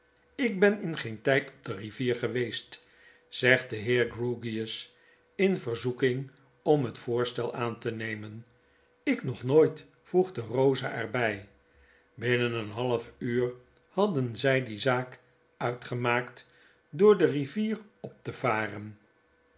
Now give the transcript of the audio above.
ik ben in geen tyden op de rivier geweest zegt de heer grewgious in verzoeking om het voorstel aan te nemen jk nog nooit voegde rosa er bij binnen een half uur hadden zy die zaak uitgemaakt door de rivier op te varen